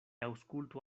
aŭskultu